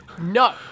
no